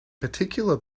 particular